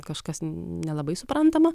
kažkas nelabai suprantama